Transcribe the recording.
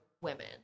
women